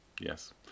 yes